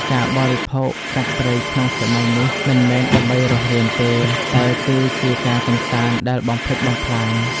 ការបរិភោគសត្វព្រៃក្នុងសម័យនេះ មិនមែនដើម្បីរស់រានទេ តែគឺជា "ការកម្សាន្តដែលបំផ្លិចបំផ្លាញ"។